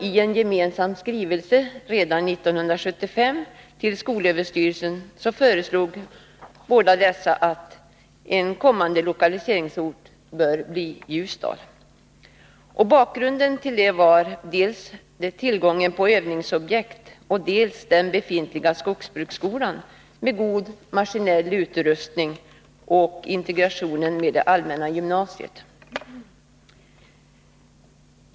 I en gemensam skrivelse redan 1975 till skolöverstyrelsen föreslog de Ljusdal som lokaliseringsort. Anledningen var dels tillgången på övningsobjekt, dels den befintliga skogsbruksskolan med god maskinell utrustning och integration med det allmänna gymnasiet.